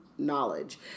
knowledge